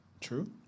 True